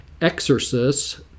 exorcists